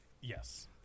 yes